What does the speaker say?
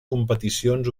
competicions